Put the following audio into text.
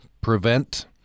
prevent